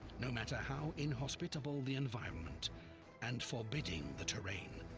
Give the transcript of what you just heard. no matter how inhospitable the environment and forbidding the terrain,